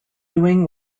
doing